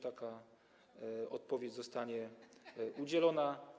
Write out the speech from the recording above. Taka odpowiedź zostanie udzielona.